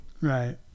Right